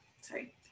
sorry